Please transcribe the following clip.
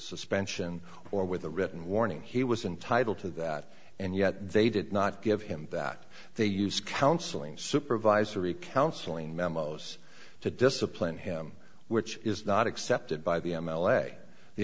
suspension or with a written warning he was entitled to that and yet they did not give him that they use counseling supervisory counseling memos to discipline him which is not accepted by the m l a the